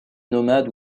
nomade